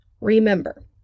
remember